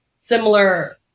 similar